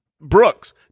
Brooks